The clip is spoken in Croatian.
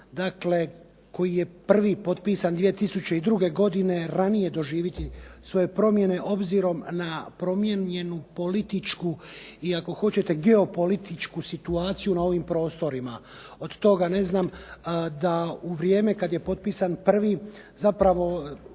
dakle koji je prvi potpisan 2002. godine ranije doživjeti svoje promjene obzirom na promijenjenu političku i ako hoćete geopolitičku situaciju na ovim prostorima. Od toga ne znam da u vrijeme kada je potpisan prvi za sve